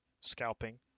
scalping